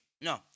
No